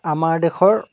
আমাৰ দেশৰ